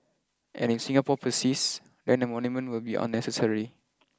and if Singapore persists then a monument will be unnecessary